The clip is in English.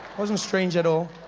wasn't strange at all.